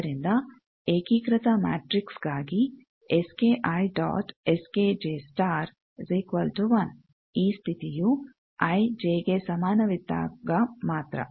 ಆದ್ದರಿಂದ ಏಕೀಕೃತ ಮ್ಯಾಟ್ರಿಕ್ಸ್ಗಾಗಿ ಈ ಸ್ಥಿತಿಯು ಐ ಜೆ ಗೆ ಸಮಾನವಾಗಿದ್ದಾಗ ಮಾತ್ರ